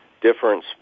difference